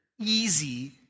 easy